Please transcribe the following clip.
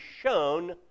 shown